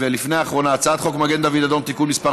ולפני האחרונה: הצעת חוק מגן דוד אדום (תיקון מס'